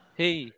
hey